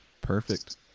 perfect